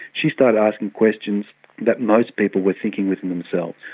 she started asking questions that most people were thinking within themselves.